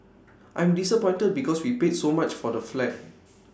I'm disappointed because we paid so much for the flat